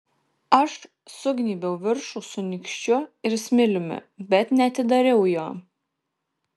aš sugnybiau viršų su nykščiu ir smiliumi bet neatidariau jo